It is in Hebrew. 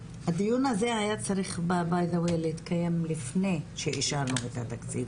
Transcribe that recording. הדיון הזה היה צריך להתקיים לפני שאישרנו את התקציב.